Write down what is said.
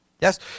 yes